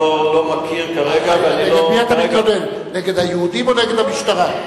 נגד מי אתה מכוון, נגד היהודים או נגד המשטרה?